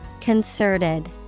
Concerted